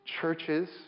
churches